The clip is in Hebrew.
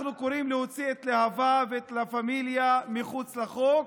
אנחנו קוראים להוציא את להב"ה ואת לה פמיליה מחוץ לחוק.